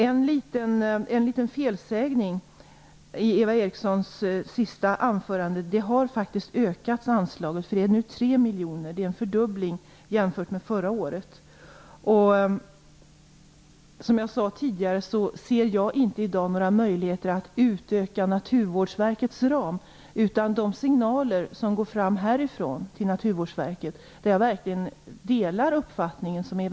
Eva Eriksson gjorde en liten felsägning i sitt senaste anförande. Anslaget har faktiskt ökat och är nu 3 miljoner. Det är en fördubbling jämfört med förra året. Som jag tidigare sade ser jag i dag inte några möjligheter att utöka Naturvårdsverkets ram. Jag delar verkligen Eva Erikssons uppfattning om vikten av att man prioriterar detta område.